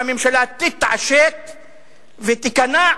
שהממשלה תתעשת ותיכנע,